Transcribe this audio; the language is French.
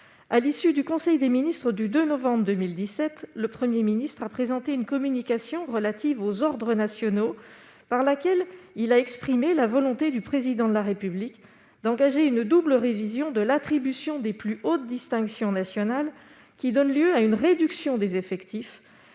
à l'issue du conseil des ministres du 2 novembre 2017, le 1er ministre a présenté une communication relative aux ordres nationaux par laquelle il a exprimé la volonté du président de la République d'engager une double révision de l'attribution des plus hautes distinctions nationales qui donne lieu à une réduction des effectifs,